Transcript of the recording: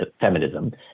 feminism